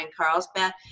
Carlsbad